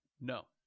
No